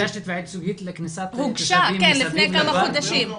הוגשה לפני כמה חודשים.